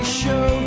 show